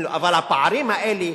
אבל הפערים האלה,